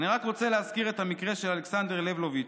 אני רק רוצה להזכיר את המקרה של אלכסנדר לבלוביץ',